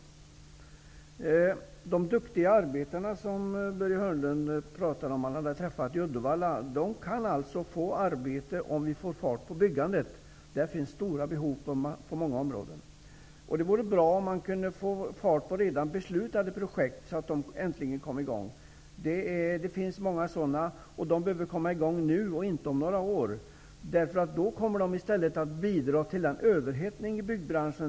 Börje Hörnlund talade om duktiga arbetare som han hade träffat i Uddevalla. Ja, dessa kan få arbete, om vi får fart på byggandet. Det finns stora behov i många områden. Det vore bra om det gick att få fart på redan beslutade projekt. Det vore alltså bra om de äntligen kom i gång. Det finns många projekt som behöver komma i gång nu -- inte om några år, för då bidrar de till en överhettning i byggbranschen.